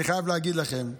אני חייב להגיד לכם,